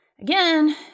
Again